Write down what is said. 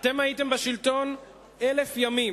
אתם הייתם בשלטון 1,000 ימים,